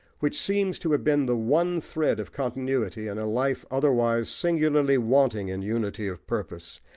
which seems to have been the one thread of continuity in a life otherwise singularly wanting in unity of purpose,